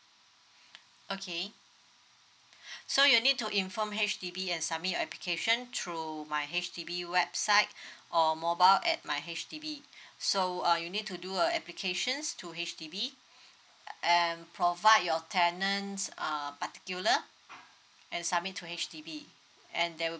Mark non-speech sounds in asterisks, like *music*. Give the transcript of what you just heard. *breath* okay *breath* so you need to inform H_D_B and submit your application through my H_D_B website *breath* or mobile at my H_D_B *breath* so uh you need to do uh applications to H_D_B *breath* and provide your tenants uh particular and submit to H_D_B and there will